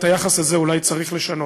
את היחס הזה אולי צריך לשנות.